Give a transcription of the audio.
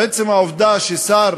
עצם העובדה ששר